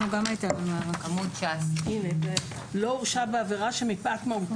עמוד 19. "לא הורשע בעבירה שמפאת מהותה,